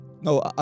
No